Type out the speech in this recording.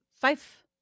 five